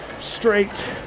straight